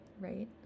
right